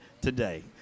today